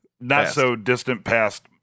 not-so-distant-past